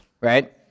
right